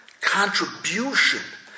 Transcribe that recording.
contribution